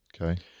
Okay